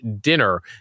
dinner